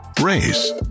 race